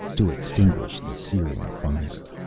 to extinguish the searing fire.